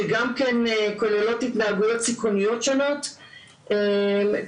שגם כן כוללות התנהגויות סיכוניות שונות כתוצאה